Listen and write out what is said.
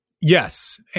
Yes